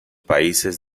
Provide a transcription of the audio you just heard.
países